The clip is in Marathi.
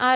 आर